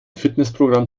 fitnessprogramm